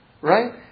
Right